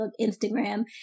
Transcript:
Instagram